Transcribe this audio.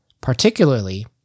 Particularly